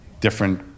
different